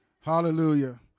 Hallelujah